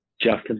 Justin